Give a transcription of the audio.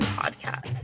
podcast